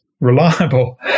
reliable